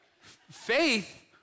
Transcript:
faith